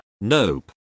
nope